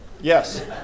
Yes